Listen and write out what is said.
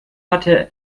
hatte